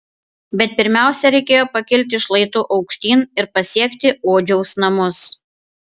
bet pirmiausia reikėjo pakilti šlaitu aukštyn ir pasiekti odžiaus namus